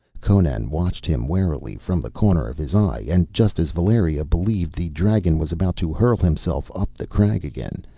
conan watched him warily from the corner of his eye, and just as valeria believed the dragon was about to hurl himself up the crag again,